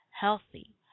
healthy